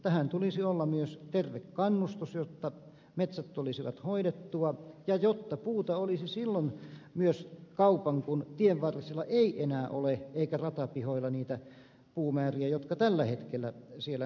tähän tulisi olla myös tervettä kannustusta jotta metsät tulisivat hoidettua ja jotta puuta olisi silloin myös kaupan kun tienvarsilla ja ratapihoilla ei enää ole niitä puumääriä jotka tällä hetkellä siellä näemme